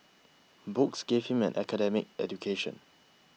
books gave him an academic education